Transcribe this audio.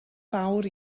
fawr